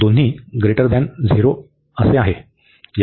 साठी एकत्रित होईल